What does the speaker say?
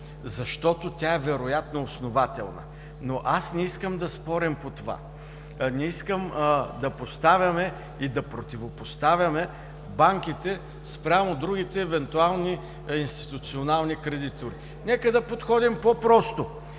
защото тя е вероятно основателна. Аз не искам да спорим по това, не искам да поставяме и да противопоставяме банките спрямо другите евентуални институционални кредитори. Нека да подходим по-просто.